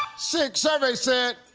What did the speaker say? six. survey said.